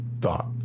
thought